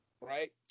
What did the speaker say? Right